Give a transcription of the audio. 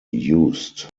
used